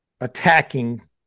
attacking